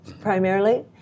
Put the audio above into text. primarily